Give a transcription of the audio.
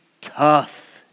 tough